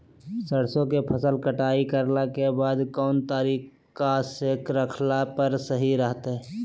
सरसों के फसल कटाई करला के बाद कौन तरीका से रखला पर सही रहतय?